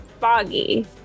foggy